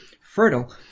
fertile